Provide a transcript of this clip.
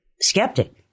skeptic